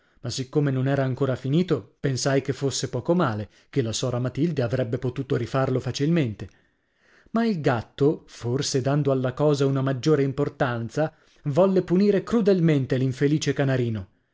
ma siccome non era ancora finito pensai che fosse poco male ché la sora matilde avrebbe potuto rifarlo facilmente ma il gatto forse dando alla cosa una maggiore importanza volle punire crudelmente l'infelice canarino